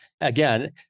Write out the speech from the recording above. Again